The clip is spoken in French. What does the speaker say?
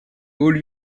hauts